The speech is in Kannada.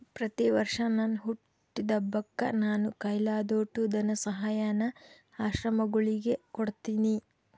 ಪ್ರತಿವರ್ಷ ನನ್ ಹುಟ್ಟಿದಬ್ಬಕ್ಕ ನಾನು ಕೈಲಾದೋಟು ಧನಸಹಾಯಾನ ಆಶ್ರಮಗುಳಿಗೆ ಕೊಡ್ತೀನಿ